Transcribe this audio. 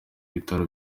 bitaro